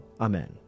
Amen